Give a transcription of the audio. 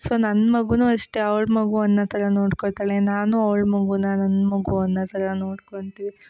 so ನನ್ನ ಮಗುವೂ ಅಷ್ಟೇ ಅವ್ಳ ಮಗು ಅನ್ನೋ ಥರ ನೋಡ್ಕೋತಾಳೆ ನಾನೂ ಅವ್ಳ ಮಗುನ ನನ್ನ ಮಗು ಅನ್ನೋ ಥರ ನೋಡ್ಕೊಂತೀವಿ